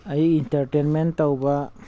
ꯑꯩ ꯏꯟꯇꯔꯇꯦꯟꯃꯦꯟ ꯇꯧꯕ